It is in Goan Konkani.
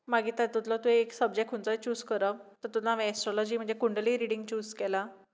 मागीर तातुंतलो तुवें एक खंयचोय सबजॅक्ट चूझ करप तातूंत हांवें एस्ट्रोलॉजी म्हणजे कुंडली रिडिंग चूझ केलां